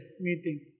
meeting